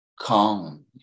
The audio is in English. calm